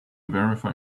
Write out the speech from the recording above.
verify